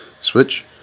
Switch